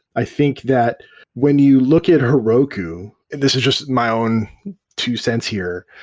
i think that when you look at heroku and this is just my own two cents here,